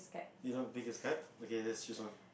you don't want take this card okay let's choose one